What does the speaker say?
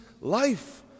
life